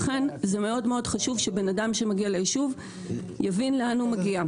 לכן מאוד מאוד חשוב שבן אדם שמגיע ליישוב יבין לאן הוא מגיע.